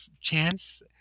chance